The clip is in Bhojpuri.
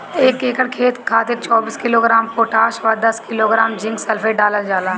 एक एकड़ खेत खातिर चौबीस किलोग्राम पोटाश व दस किलोग्राम जिंक सल्फेट डालल जाला?